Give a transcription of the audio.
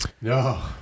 No